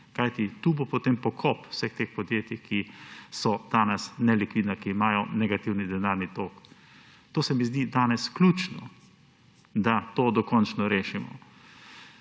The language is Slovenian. Kajti, tu bo potem pokop vseh teh podjetij, ki so danes nelikvidna, ki imajo negativen denarni tok. To se mi zdi danes ključno, da to dokončno rešimo.